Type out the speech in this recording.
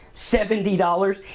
seventy dollars,